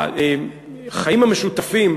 החיים המשותפים,